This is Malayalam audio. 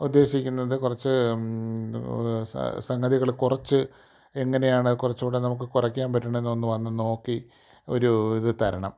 ഉദ്ദേശിക്കുന്നത് കുറച്ച് സംഗതികൾ കുറച്ച് എങ്ങനെയാണ് കുറച്ചു കൂടെ നമുക്ക് കുറക്കാൻ പറ്റണേ എന്നൊന്ന് വന്നു നോക്കി ഒരു ഇത് തരണം